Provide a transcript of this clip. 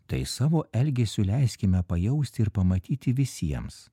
tai savo elgesiu leiskime pajausti ir pamatyti visiems